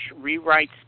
rewrites